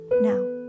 now